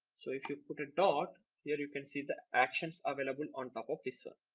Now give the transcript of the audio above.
so if you put a dot here you can see the actions available on top of this ah